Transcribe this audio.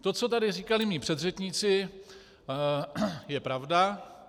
To, co tady říkali mí předřečníci, je pravda.